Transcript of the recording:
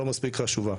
לא מספיק חשובה,